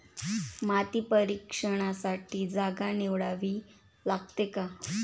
माती परीक्षणासाठी जागा निवडावी लागते का?